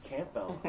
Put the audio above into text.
Campbell